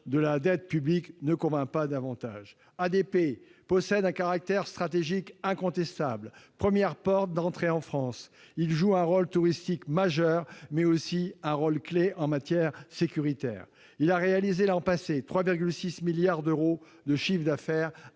de la dette publique, ne convainc pas davantage. ADP possède un caractère stratégique incontestable. Première porte d'entrée en France, il joue un rôle touristique majeur, mais aussi un rôle clé en matière sécuritaire. Il a réalisé, l'an passé, un chiffre d'affaires